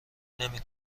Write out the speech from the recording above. نمی